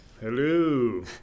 Hello